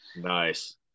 Nice